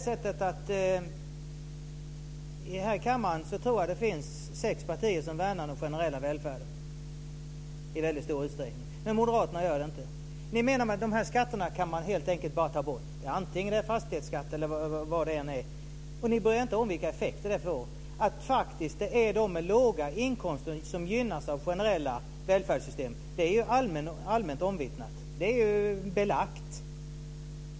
Här i kammaren tror jag att det finns sex partier som i väldigt stor utsträckning värnar om den generella välfärden, men Moderaterna gör det inte. Ni menar att man helt enkelt kan ta bort de här skatterna, antingen det är fastighetsskatt eller vad det är. Ni bryr er inte om vilka effekter det får. Att det faktiskt är de med låga inkomster som gynnas av generella välfärdssystem är allmänt omvittnat och belagt.